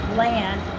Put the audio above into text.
land